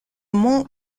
mont